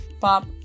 pop